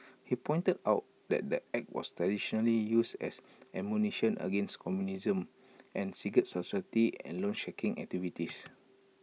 he pointed out that the act was traditionally used as ammunition against communism and secret society and loansharking activities